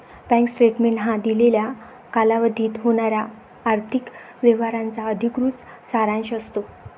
bank statement हा दिलेल्या कालावधीत होणाऱ्या आर्थिक व्यवहारांचा अधिकृत सारांश असतो